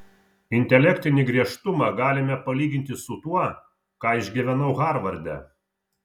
intelektinį griežtumą galime palyginti su tuo ką išgyvenau harvarde